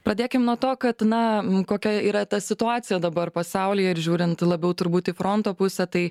pradėkim nuo to kad na kokia yra ta situacija dabar pasaulyje ir žiūrint labiau turbūt į fronto pusę tai